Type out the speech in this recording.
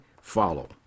follow